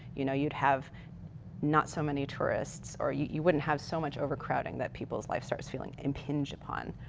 you know you would have not so many tourists or you you wouldn't have so much overcrowding that people's lives start feeling impinged upon.